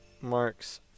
marks